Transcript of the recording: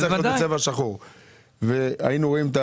היינו רואים,